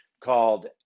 called